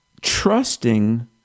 trusting